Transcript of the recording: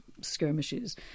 skirmishes